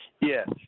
Yes